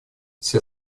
все